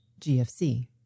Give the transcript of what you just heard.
GFC